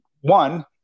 one